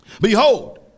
Behold